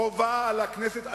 חובה על הכנסת,